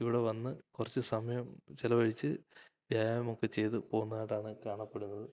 ഇവിടെ വന്ന് കുറച്ചു സമയം ചെലവഴിച്ച് വ്യായാമമൊക്കെ ചെയ്ത് പോകുന്നതായിട്ടാണു കാണപ്പെടുന്നത്